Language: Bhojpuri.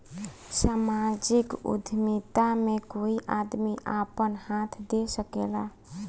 सामाजिक उद्यमिता में कोई आदमी आपन हाथ दे सकेला